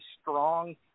strong